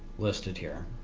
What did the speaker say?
listed here.